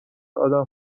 آدم